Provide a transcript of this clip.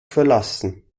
verlassen